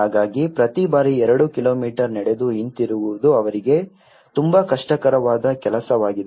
ಹಾಗಾಗಿ ಪ್ರತಿ ಬಾರಿ ಎರಡು ಕಿಲೋಮೀಟರ್ ನಡೆದು ಹಿಂತಿರುಗುವುದು ಅವರಿಗೆ ತುಂಬಾ ಕಷ್ಟಕರವಾದ ಕೆಲಸವಾಗಿದೆ